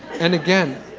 and again,